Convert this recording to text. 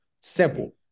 Simple